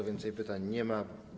Więcej pytań nie ma.